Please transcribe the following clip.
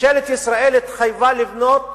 ממשלת ישראל התחייבה בפני בג"ץ לבנות